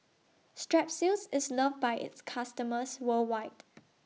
Strepsils IS loved By its customers worldwide